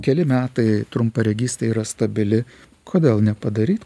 keli metai trumparegystė yra stabili kodėl nepadaryt